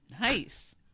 Nice